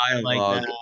dialogue